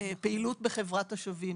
פעילות בחברת השווים.